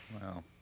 Wow